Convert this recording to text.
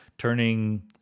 turning